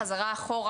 היא חזרה אחורה.